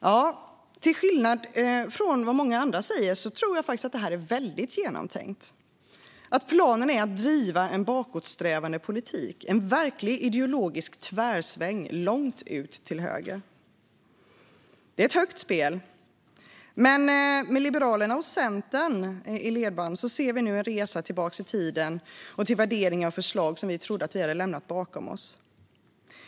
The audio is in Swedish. Ja, till skillnad från vad många andra säger tror jag faktiskt att det är väldigt genomtänkt. Jag tror att planen är att driva en bakåtsträvande politik och göra en verklig ideologisk tvärsväng långt ut till höger. Det är ett högt spel, men med Liberalerna och Centern i ledband ser vi nu en resa tillbaka i tiden, till värderingar och förslag som vi trodde att vi hade lämnat bakom oss.